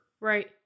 Right